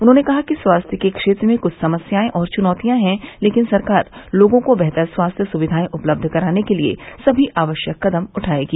उन्होंने कहा कि स्वास्थ्य के क्षेत्र में कुछ समस्याएं और चुनौतियां हैं लेकिन सरकार लोगों को बेहतर स्वास्थ्य सुक्वियाएं उपलब्ध कराने के लिए सभी आवश्यक कदम उठायेगी